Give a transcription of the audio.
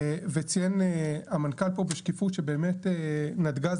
וציין המנכ"ל פה בשקיפות שבאמת נתג"ז,